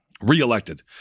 Re-elected